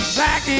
Black